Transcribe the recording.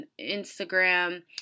Instagram